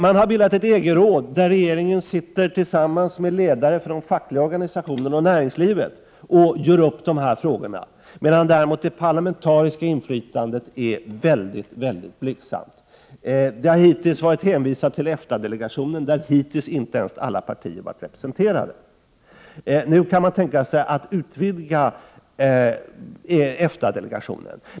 Man har bildat ett EG-råd, där regeringen sitter tillsammans med ledare från fackliga organisationer och näringslivet och gör upp dessa frågor, medan det parlamentariska inflytandet är väldigt blygsamt. Det har varit hänvisat till EFTA-delegationen, där hittills inte ens alla partier varit representerade. Nu kan man tänka sig att utvidga EFTA-delegationen.